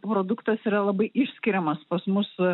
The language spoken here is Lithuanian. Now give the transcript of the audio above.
produktas yra labai išskiriamas pas mus